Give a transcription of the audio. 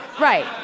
Right